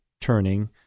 turning